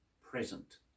present